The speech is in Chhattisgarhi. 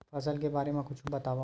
फसल के बारे मा कुछु बतावव